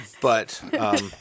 But-